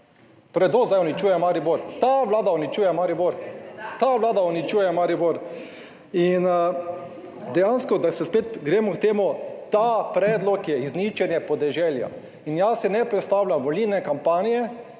Ta vlada uničuje Maribor! Ta vlada uničuje Maribor! In dejansko, da se spet gremo k temu, ta predlog je izničenje podeželja. In jaz si ne predstavljam volilne kampanje,